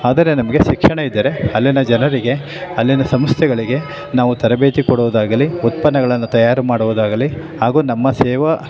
ಆದರೆ ನಮಗೆ ಶಿಕ್ಷಣ ಇದ್ದರೆ ಅಲ್ಲಿನ ಜನರಿಗೆ ಅಲ್ಲಿನ ಸಂಸ್ಥೆಗಳಿಗೆ ನಾವು ತರಬೇತಿ ಕೊಡುವುದಾಗಲಿ ಉತ್ಪನ್ನಗಳನ್ನು ತಯಾರು ಮಾಡುವುದಾಗಲಿ ಹಾಗೂ ನಮ್ಮ ಸೇವಾ